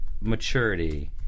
maturity